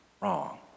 wrong